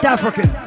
African